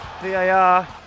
VAR